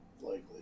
Likely